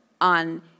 on